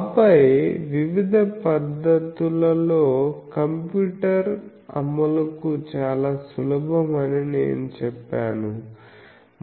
ఆపై వివిధ పద్ధతులతో కంప్యూటర్ అమలుకు చాలా సులభం అని నేను చెప్పాను